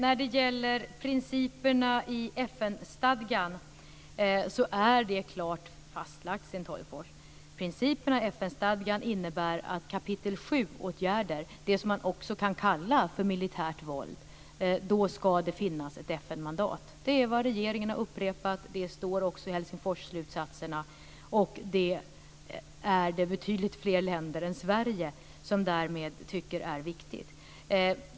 Fru talman! Principerna i FN-stadgan är klart fastlagda, Sten Tolgfors. Principerna i FN-stadgan innebär att vid kapitel 7-åtgärder - det som man också kan kalla militärt våld - ska det finnas ett FN mandat. Det är vad regeringen har upprepat, och det står också i Helsingforsslutsatserna. Det är betydligt fler länder än Sverige som därmed tycker att det är viktigt.